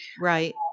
right